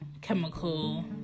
chemical